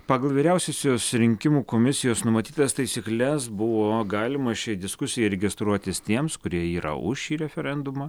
pagal vyriausiosios rinkimų komisijos numatytas taisykles buvo galima šiai diskusijai registruotis tiems kurie yra už šį referendumą